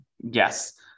Yes